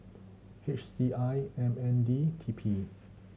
H C I M N D T P